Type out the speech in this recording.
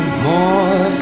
more